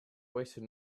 wasted